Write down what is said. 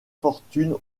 fortune